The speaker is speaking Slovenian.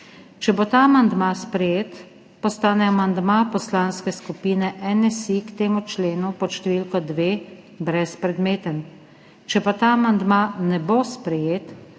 Če bo ta amandma sprejet, postane amandma Poslanske skupine NSi k temu členu pod številko 2 brezpredmeten. Če pa ta amandma ne bo sprejet,